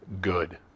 good